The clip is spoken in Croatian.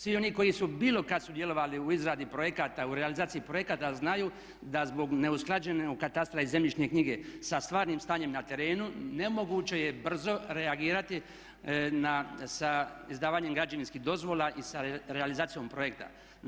Svi oni koji su bilo kada sudjelovali u izradi projekata, u realizaciji projekata znaju da zbog neusklađenog katastra i zemljišne knjige sa stvarnim stanjem na terenu nemoguće je brzo reagirati sa izdavanjem građevinskih dozvola i sa realizacijom projekta.